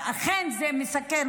ואכן זה מסכן,